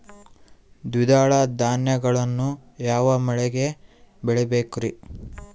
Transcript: ದ್ವಿದಳ ಧಾನ್ಯಗಳನ್ನು ಯಾವ ಮಳೆಗೆ ಬೆಳಿಬೇಕ್ರಿ?